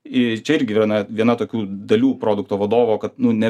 ir čia irgi viena viena tokių dalių produkto vadovo kad nu ne